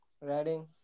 Writing